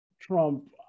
Trump